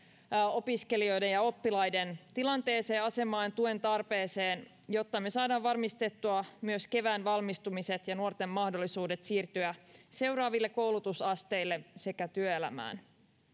opiskelijoiden ja oppilaiden tilanteeseen asemaan ja tuen tarpeeseen jotta me saamme varmistettua myös kevään valmistumiset ja nuorten mahdollisuudet siirtyä seuraaville koulutusasteille sekä työelämään